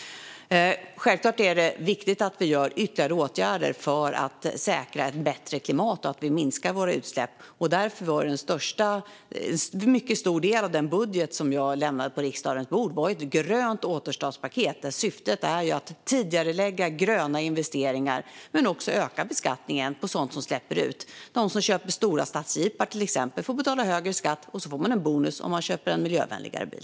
Självklart är det viktigt att vi vidtar ytterligare åtgärder för att säkra ett bättre klimat och att vi minskar våra utsläpp. Därför var en mycket stor del av den budget som jag lämnade på riksdagens bord ett grönt återstartspaket, där syftet var att tidigarelägga gröna investeringar och också öka beskattningen på sådant som släpper ut. De som till exempel köper stora stadsjeepar får betala högre skatt, och så får man en bonus om man köper en miljövänligare bil.